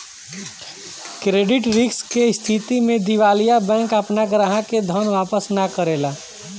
credit risk के स्थिति में दिवालिया बैंक आपना ग्राहक के धन वापस ना करेला